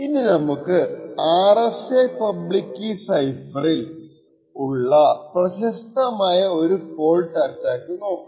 ഇനി നമുക്ക് RSA public key സൈഫറിൽ ഉള്ള പ്രശസ്തമായ ഒരു ഫോൾട്ട് അറ്റാക്ക് നോക്കാം